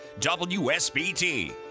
WSBT